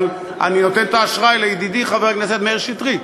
אבל אני נותן את האשראי לידידי חבר הכנסת מאיר שטרית,